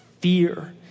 fear